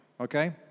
okay